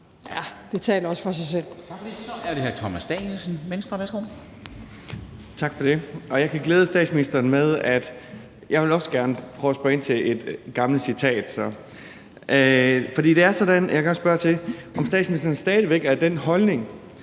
det altså for sig selv.